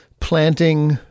planting